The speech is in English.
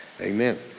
amen